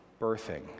birthing